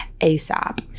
ASAP